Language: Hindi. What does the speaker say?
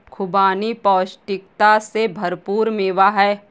खुबानी पौष्टिकता से भरपूर मेवा है